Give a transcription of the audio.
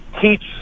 teach